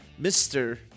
mr